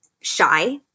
shy